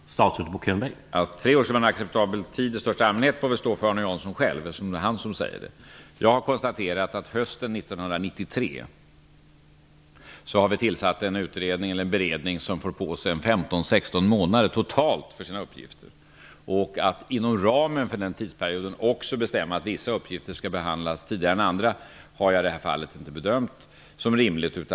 Herr talman! Att tre år skulle vara en accepta bel tidsperiod i största allmänhet får väl stå för Arne Jansson, eftersom det är han som säger det. Jag har konstaterat att vi hösten 1993 tillsatte en utredning eller en beredning som totalt får 15-- 16 månader på sig för sina uppgifter. Att inom ra men för den tidsperioden också bestämma att vissa uppgifter skall behandlas tidigare än andra har jag i det här fallet inte bedömt som rimligt.